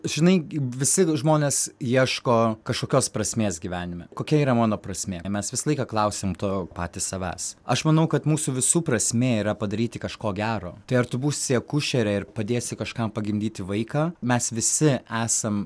žinai visi žmonės ieško kažkokios prasmės gyvenime kokia yra mano prasmė kai mes visą laiką klausiam to patys savęs aš manau kad mūsų visų prasmė yra padaryti kažko gero tai ar tu būsi akušere ir padėsi kažkam pagimdyti vaiką mes visi esam